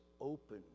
open